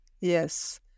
Yes